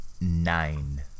Nine